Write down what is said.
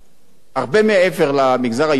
מבעיות עוני ומצוקות,